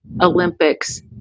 Olympics